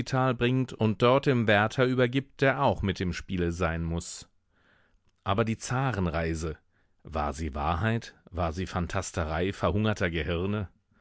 bringt und dort dem wärter übergibt der auch mit im spiele sein muß aber die zarenreise war sie wahrheit war sie phantasterei verhungerter gehirne